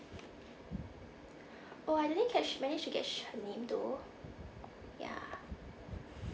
oh I didn't catch manage to catch her name though ya